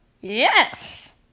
Yes